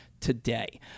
today